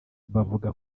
bavuga